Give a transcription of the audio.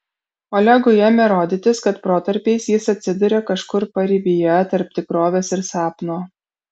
olegui ėmė rodytis kad protarpiais jis atsiduria kažkur paribyje tarp tikrovės ir sapno